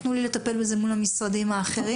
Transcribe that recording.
תנו לי לטפל בזה מול המשרדים האחרים.